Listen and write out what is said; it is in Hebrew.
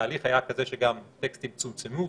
התהליך היה כזה שגם טקסטים צומצמו ודויקו.